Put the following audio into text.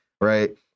right